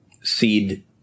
seed